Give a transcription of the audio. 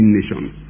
nations